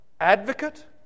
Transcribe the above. Advocate